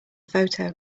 photo